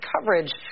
coverage